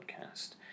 podcast